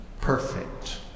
perfect